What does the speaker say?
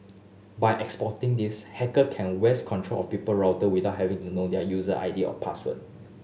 by exploiting this hacker can wrest control of people router without having to know their user I D or password